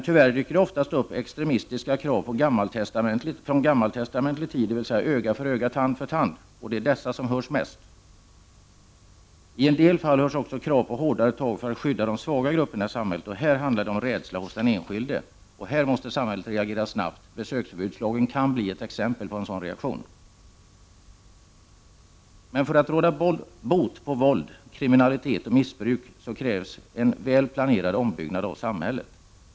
Tyvärr dyker det oftast upp extremistiska krav från gammaltestamentlig tid — dvs. öga för öga och tand för tand — och det är dessa som hörs mest. I en del fall hörs också krav på hårdare tag för att skydda de svaga grupperna i samhället, och här handlar det om rädsla hos den enskilde. Här måste samhället reagera snabbt. Besöksförbudslagen kan bli ett exempel på en sådan reaktion. För att vi skall kunna råda bot på våld, kriminalitet och missbruk krävs en väl planerad ombyggnad av samhället.